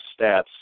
stats